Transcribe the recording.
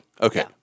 Okay